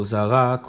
Zara